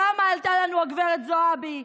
כמה עלתה לנו גב' זועבי?